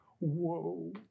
whoa